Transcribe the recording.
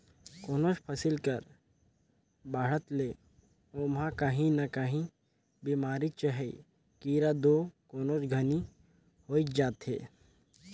कोनोच फसिल कर बाढ़त ले ओमहा काही न काही बेमारी चहे कीरा दो कोनोच घनी होइच जाथे